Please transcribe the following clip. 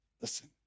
Listen